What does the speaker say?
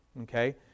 Okay